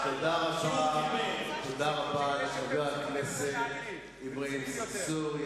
תודה רבה לחבר הכנסת אברהים צרצור.